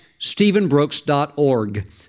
stephenbrooks.org